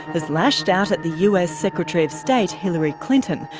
has lashed out at the us secretary of state hillary clinton,